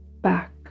back